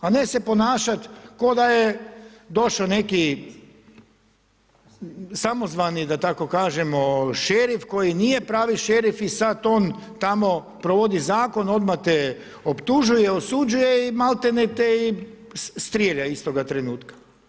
A ne se ponašati, ko da je došao neki samozvani da tako kažemo šerif koji nije pravi šerif i sada on tamo provodi zakon odmah te optužuju, osuđuje i maltene te i strelja istoga trenutka.